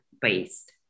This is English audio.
based